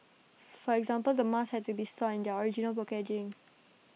for example the masks have to be stored in their original packaging